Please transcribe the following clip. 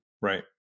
Right